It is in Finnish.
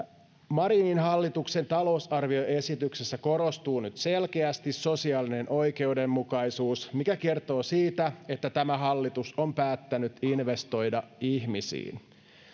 marinin hallituksen talousarvioesityksessä korostuu nyt selkeästi sosiaalinen oikeudenmukaisuus mikä kertoo siitä että tämä hallitus on päättänyt investoida ihmisiin